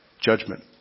judgment